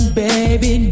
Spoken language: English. baby